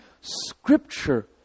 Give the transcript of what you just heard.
Scripture